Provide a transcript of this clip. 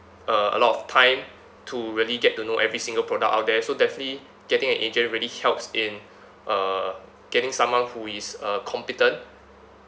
uh a lot of time to really get to know every single product out there so definitely getting an agent really helps in uh getting someone who is a competent